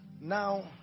Now